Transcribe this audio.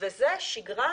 וזה שגרה